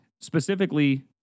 Specifically